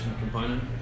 component